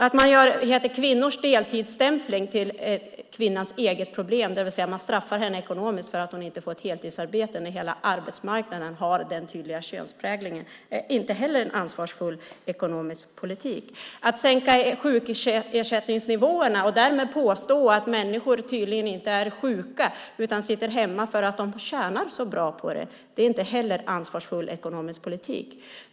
Att man gör kvinnors deltidsstämpling till kvinnans eget problem, det vill säga att man straffar henne ekonomisk för att hon inte får ett heltidsarbete när hela arbetsmarknaden har den tydliga könspräglingen, är inte heller en ansvarsfull ekonomisk politik. Att sänka sjukersättningsnivåerna och därmed påstå att människor tydligen inte är sjuka utan sitter hemma för att de tjänar så bra på det är inte heller en ansvarsfull ekonomisk politik.